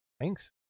thanks